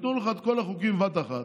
שייתנו לך את כל החוקים בבת אחת,